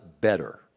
better